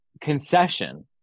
concession